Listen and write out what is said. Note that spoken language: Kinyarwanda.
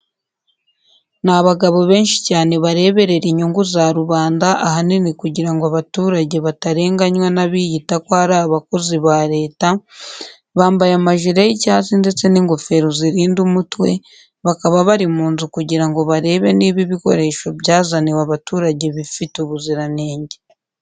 Ni abagabo benshi cyane bareberera inyungu za rubanda ahanini kugira ngo abaturage batarenganywa n'abiyita ko ari abakoze ba leta, bambaye amajire y'icyatsi ndetse n'ingofero zirinda umutwe, bakaba bari mu nzu kugira ngo barebe niba ibikoresho byazaniwe abaturage bifite ubuziranenge.